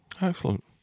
Excellent